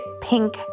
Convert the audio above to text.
pink